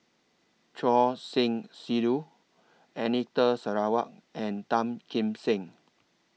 Choor Singh Sidhu Anita Sarawak and Tan Kim Seng